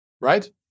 Right